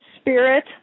spirit